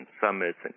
summits